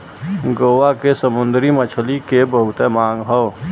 गोवा के समुंदरी मछरी के बहुते मांग हौ